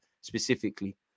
specifically